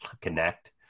Connect